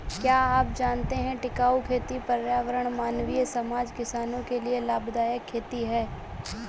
क्या आप जानते है टिकाऊ खेती पर्यावरण, मानवीय समाज, किसानो के लिए लाभदायक खेती है?